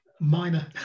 Minor